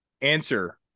Answer